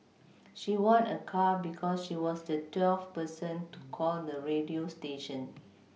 she won a car because she was the twelfth person to call the radio station